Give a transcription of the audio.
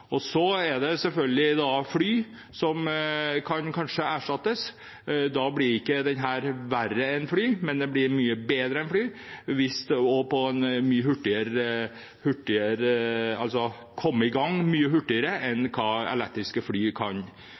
Fly kan kanskje også erstattes. Da blir ikke hurtigbåten verre enn fly. Den blir mye bedre enn fly, og man kan komme i gang mye hurtigere med dette enn med elektriske fly.